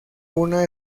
una